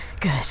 Good